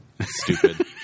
stupid